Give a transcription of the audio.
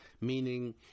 meaning